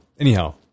anyhow